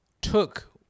took